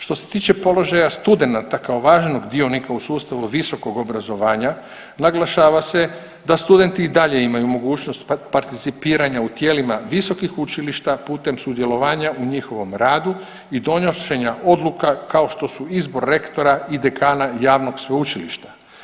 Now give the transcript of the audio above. Što se tiče položaja studenata kao važnog dionika u sustavu visokog obrazovanja naglašava se da studenti i dalje imaju mogućnost participiranja u tijelima visokih učilišta putem sudjelovanja u njihovom radu i donošenja odluka kao što su izbor rektora i dekana javnog sveučilišta.